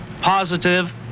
positive